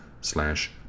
slash